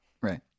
Right